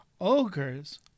Ogres